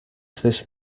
this